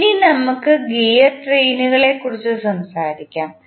ഇനി നമുക്ക് ഗിയർ ട്രെയിനിനെക്കുറിച്ച് സംസാരിക്കാം